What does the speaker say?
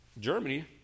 Germany